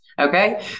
Okay